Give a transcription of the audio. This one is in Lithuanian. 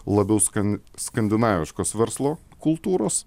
labiau skan skandinaviškos verslo kultūros